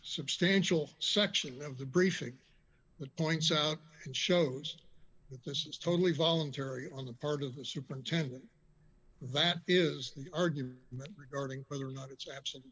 substantial section of the briefing that points out and shows that this is totally voluntary on the part of the superintendent that is the argument that regarding whether or not it's abs